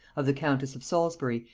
of the countess of salisbury,